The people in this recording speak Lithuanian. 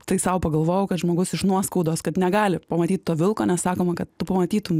tai sau pagalvojau kad žmogus iš nuoskaudos kad negali pamatyt to vilko nes sakoma kad tu pamatytum